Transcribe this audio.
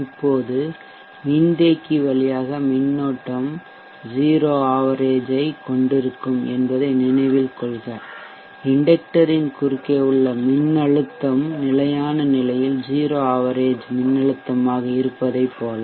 இப்போது மின்தேக்கி வழியாக மின்னோட்டம் 0 ஆவரேஜ்சராசரியைக் கொண்டிருக்கும் என்பதை நினைவில் கொள்க இண்டெக்ட்டரின் குறுக்கே உள்ள மின்னழுத்தம் நிலையான நிலையில் 0 ஆவரேஜ்சராசரி மின்னழுத்தமாக இருப்பதைப் போல